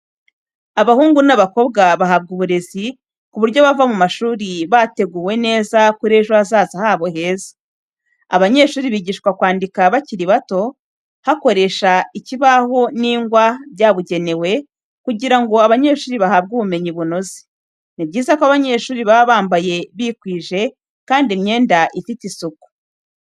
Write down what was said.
Abahungu n’abakobwa bahabwa uburezi, ku buryo bava mu mashuri bateguwe neza kuri ejo hazaza habo heza. Abanyeshuri bigishwa kwandika bakiri bato, hakoresha ikibaho n'ingwa byabugenewe kugira ngo abanyeshuri bahabwe ubumenyi bunoze. Ni byiza ko abanyeshuri baba bambaye bikwije kandi imyenda ifite isuku.